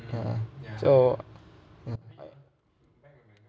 uh so mm